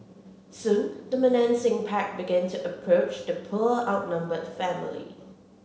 soon the menacing pack began to approach the poor outnumbered family